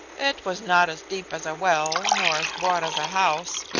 it was not as deep as a well, nor as broad as a house,